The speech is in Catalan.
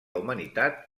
humanitat